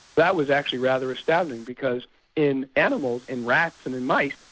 that was actually rather astounding because in animals, in rats and in mice,